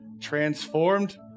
Transformed